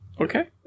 Okay